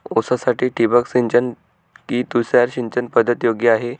ऊसासाठी ठिबक सिंचन कि तुषार सिंचन पद्धत योग्य आहे?